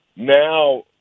Now